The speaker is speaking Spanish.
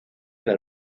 del